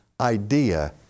idea